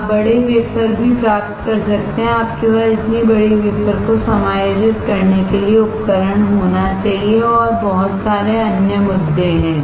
आप बड़े वेफर भी प्राप्त कर सकते हैं आपके पास इतनी बड़ी वेफर को समायोजित करने के लिए उपकरण होना चाहिए और बहुत सारे अन्य मुद्दे हैं